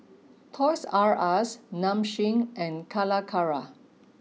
Toys R Us Nong Shim and Calacara